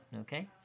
Okay